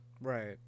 Right